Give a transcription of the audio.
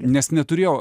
nes neturėjau